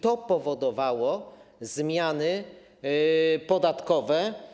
To powodowało zmiany podatkowe.